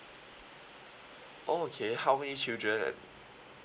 oh okay how many children